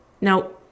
Now